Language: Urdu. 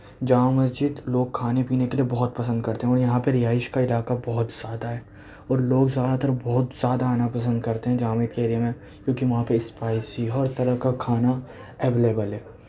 جامع مسجد لوگ کھانے پینے کے لئے بہت پسند کرتے ہیں اور یہاں پہ رہائش کا علاقہ بہت زیادہ ہے اور لوگ زیادہ تر بہت زیادہ آنا پسند کرتے ہیں جامع کے ایریے میں کیونکہ وہاں پہ اسپائسی ہر طرح کا کھانا اویلیبل ہے